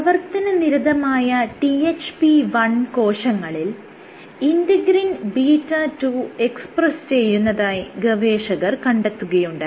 പ്രവർത്തന നിരതമായ THP1 കോശങ്ങളിൽ ഇന്റെഗ്രിൻ β2 എക്സ്പ്രെസ്സ് ചെയ്യുന്നതായി ഗവേഷകർ കണ്ടെത്തുകയുണ്ടായി